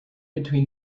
between